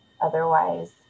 otherwise